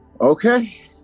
Okay